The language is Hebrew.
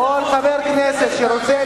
קריאה ראשונה.